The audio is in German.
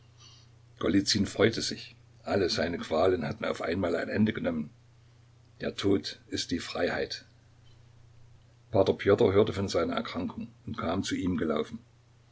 freute sich alle seine qualen hatten auf einmal ein ende genommen der tod ist die freiheit p pjotr hörte von seiner erkrankung und kam zu ihm gelaufen